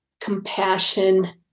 Compassion